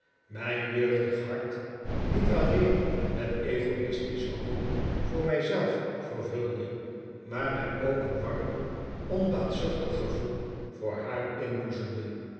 mijn jeugdig hart niet alleen met egoi'stische hoop voor mij zelf vervulde maar mij ook een warm onbaatzuchtig gevoel voor haar inboezemde